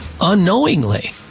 unknowingly